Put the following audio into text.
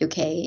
UK